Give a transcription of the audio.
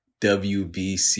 WBC